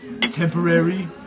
temporary